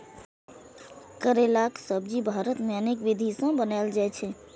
करैलाक सब्जी भारत मे अनेक विधि सं बनाएल जाइ छै